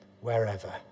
wherever